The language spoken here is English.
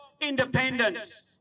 independence